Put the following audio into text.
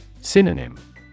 Synonym